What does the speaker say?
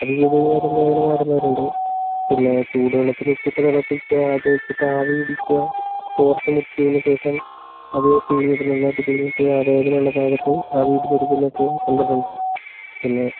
അത് ചെയ്ത് കഴിഞ്ഞാലും വേദന മാറുന്നവരുണ്ട് പിന്നെ ചൂട് വെള്ളത്തില് ഉപ്പിട്ട് തിളപ്പിക്കുക അത് വെച്ചിട്ട് ആവി പിടിക്കുക തോറത്ത് മുക്കിയതിന് ശേഷം അത് പിഴിഞ്ഞിട്ട് നന്നായിട്ട് പിഴിഞ്ഞിട്ട് ആ വേദനയുള്ള ഭാഗത്ത് ആവി പിടിച്ച് കൊടുക്കുന്നൊക്കെ കണ്ടിട്ടുണ്ട് പിന്നെ